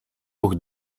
ruch